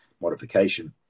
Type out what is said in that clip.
modification